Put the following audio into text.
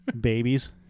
Babies